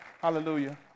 Hallelujah